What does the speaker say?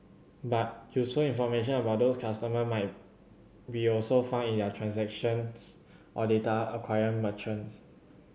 but useful information about those customer might be also found in their transactions or data acquiring merchants